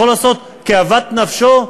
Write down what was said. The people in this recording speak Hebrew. הוא יכול לעשות כאוות נפשו?